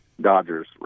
Dodgers